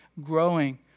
growing